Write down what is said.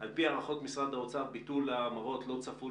על פי הערכות משרד האוצר ביטול ההמרות לא צפוי